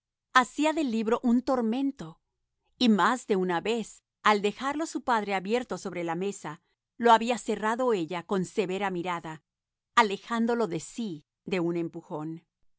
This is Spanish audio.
hacía del libro un tormento y más de una vez al dejarlo su padre abierto sobre la mesa lo había cerrado ella con severa mirada alejándolo de sí de un empujón